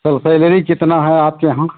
sir salary कितना है आपके यहाँ